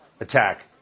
attack